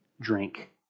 drink